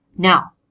Now